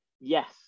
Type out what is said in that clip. yes